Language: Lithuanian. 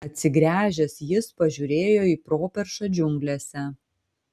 atsigręžęs jis pažiūrėjo į properšą džiunglėse